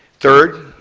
third,